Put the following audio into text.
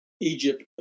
Egypt